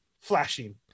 flashing